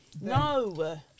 No